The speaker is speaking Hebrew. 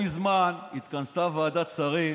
כלפי אותם אנשים שזקוקים לעזרה,